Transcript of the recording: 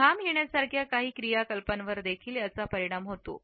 घाम येण्यासारख्या काही क्रियाकलापांवर देखील त्याचा परिणाम होतो